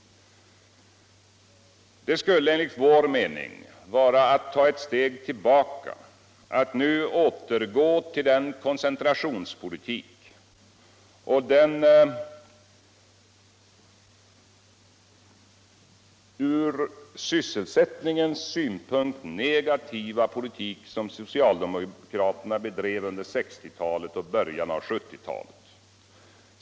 Det skulle enligt vår mening vara att ta ett steg tillbaka att nu återgå till den koncentrationspolitik och den ur sysselsättningens synpunkt negativa politik som socialdemokraterna bedrev under 1960-talet och i början av 1970-talet.